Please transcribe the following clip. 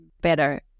better